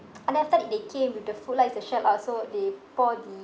and then after that they came with the food lah it's a shell out so they pour d